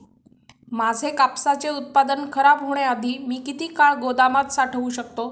माझे कापसाचे उत्पादन खराब होण्याआधी मी किती काळ गोदामात साठवू शकतो?